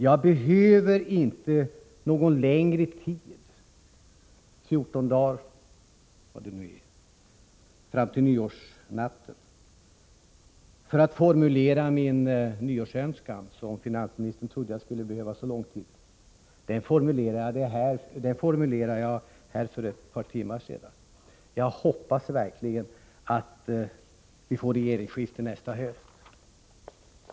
Jag behöver inte någon längre tid — 14 dagar eller vad det kan vara — för att på nyårsnatten formulera min nyårsönskan. Den formulerade jag här för ett par timmar sedan. Jag hoppas verkligen att vi får ett regeringsskifte nästa höst.